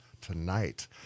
tonight